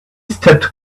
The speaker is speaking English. stepped